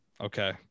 Okay